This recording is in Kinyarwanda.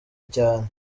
cyane